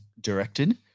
directed